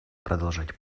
продолжать